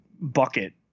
bucket